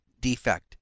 defect